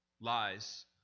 lies